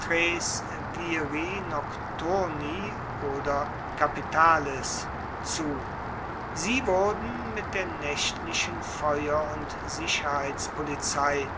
oder capitales zu sie wurden mit der naechtlichen feuer und sicherheitspolizei